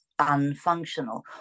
unfunctional